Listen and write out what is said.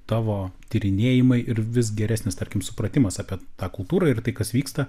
tavo tyrinėjimai ir vis geresnis tarkim supratimas apie tą kultūrą ir tai kas vyksta